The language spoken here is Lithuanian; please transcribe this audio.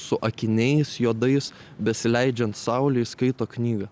su akiniais juodais besileidžiant saulei skaito knygą